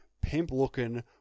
pimp-looking